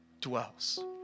dwells